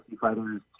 fighters